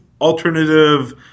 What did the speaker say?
alternative